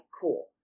cool